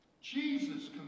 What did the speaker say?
Jesus